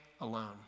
alone